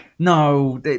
No